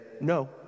no